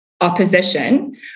opposition